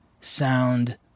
sound